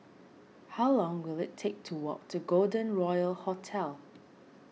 how long will it take to walk to Golden Royal Hotel